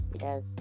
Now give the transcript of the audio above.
Yes